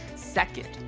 second,